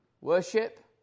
worship